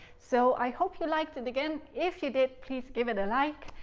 so i hope you liked it again! if you did, please give it a like,